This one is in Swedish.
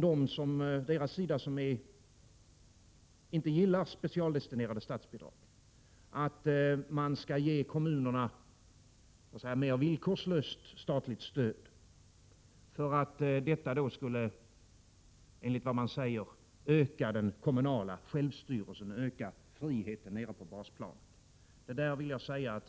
De som inte gillar specialdestinerade statsbidrag framhåller ofta att man skall ge kommunerna låt mig säga mer villkorslöst statligt stöd för att detta då skulle, enligt vad man säger, öka den kommunala självstyrelsen, öka friheten nere på basplanet. Detta är enligt